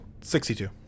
62